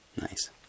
Nice